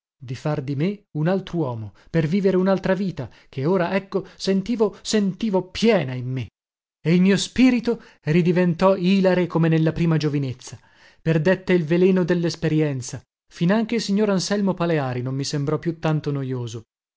di far di me un altruomo per vivere unaltra vita che ora ecco sentivo sentivo piena in me e il mio spirito ridiventò ilare come nella prima giovinezza perdette il veleno dellesperienza finanche il signor anselmo paleari non mi sembrò più tanto nojoso